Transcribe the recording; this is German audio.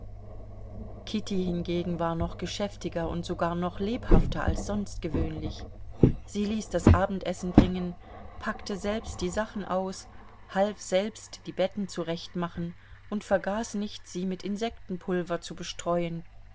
kitty hingegen war noch geschäftiger und sogar noch lebhafter als sonst gewöhnlich sie ließ abendessen bringen packte selbst die sachen aus half selbst die betten zurechtmachen und vergaß nicht sie mit insektenpulver zu bestreuen